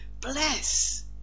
Bless